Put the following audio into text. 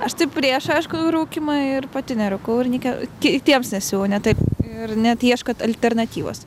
aš taip prieš aišku rūkymą ir pati nerūkau ir nike kitiems nesiūlau ne taip ir net ieškant alternatyvos